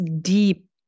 deep